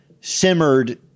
simmered